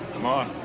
come on.